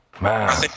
man